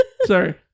Sorry